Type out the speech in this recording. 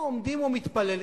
פה עומדים ומתפללים: